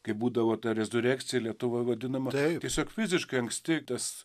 kai būdavo ta rezurekcija lietuvoj vadinama tiesiog fiziškai anksti tas